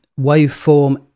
waveform